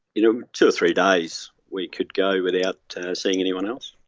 you know, two or three days we could go without seeing anyone else.